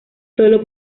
sólo